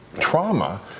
trauma